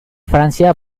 francia